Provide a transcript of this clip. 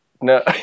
no